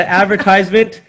advertisement